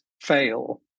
fail